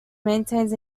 maintains